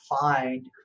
find